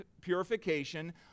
purification